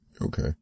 Okay